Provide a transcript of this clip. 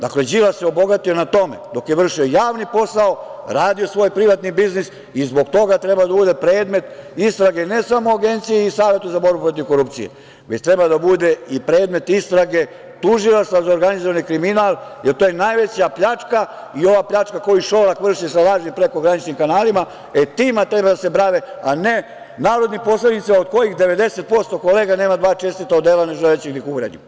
Dakle, Đilas se obogatio na tome dok je vršio javni posao radio svoj privatni biznis, i zbog toga treba da bude predmet istrage ne samo Agencije i Saveta za borbu protiv korupcije, već treba da bude i predmet istrage Tužilaštva za organizovani kriminal, jer to je najveća pljačka i ova pljačka koju Šolak vrši sa lažnim prekograničnim kanalima, e, time treba da se bave, a ne narodnim poslanicima koji 90% kolega nema dva čestita odela, ne želeći da ih uvredim.